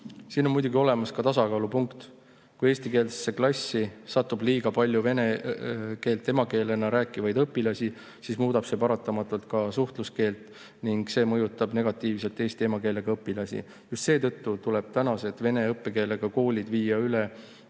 Siin on muidugi olemas ka tasakaalupunkt. Kui eestikeelsesse klassi satub liiga palju emakeelena vene keelt rääkivaid õpilasi, siis muudab see paratamatult ka suhtluskeelt ning see mõjutab negatiivselt eesti emakeelega õpilasi. Just seetõttu tuleb vene õppekeelega koolid viia üle